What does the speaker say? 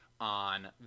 on